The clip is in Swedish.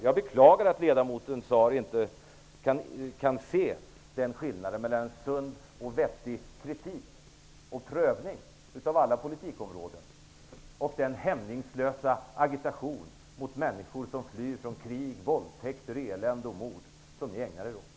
Jag beklagar att ledamoten Zaar inte kan se den skillnaden mellan en sund och vettig kritik och en prövning av alla politikområden och å andra sidan den hämningslösa agitation mot människor som flyr från krig, våldtäkter, elände och mord, som ni ägnar er åt.